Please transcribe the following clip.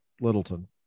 Littleton